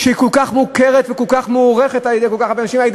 שהיא כל כך מוכרת וכל כך מוערכת על-ידי כל כך הרבה אנשים,